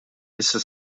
issa